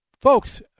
Folks